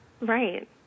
Right